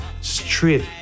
straight